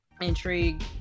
intrigue